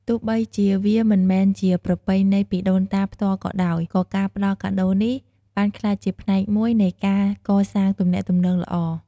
ទោះបីជាវាមិនមែនជាប្រពៃណីពីដូនតាផ្ទាល់ក៏ដោយ ក៏ការផ្តល់កាដូរនេះបានក្លាយជាផ្នែកមួយនៃការកសាងទំនាក់ទំនងល្អ។